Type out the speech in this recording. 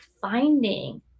finding